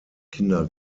kinder